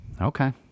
Okay